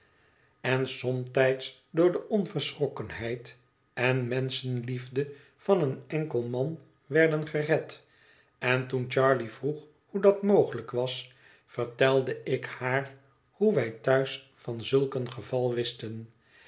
en somtijds door de onverschrokkenheid en menschenliefde van een enkel man werden gered en toen charley vroeg hoe dat mogelijk was vertelde ik haar hoe wij thuis van zulk een geval wisten